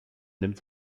nimmt